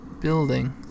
building